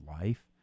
life